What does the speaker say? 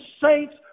saints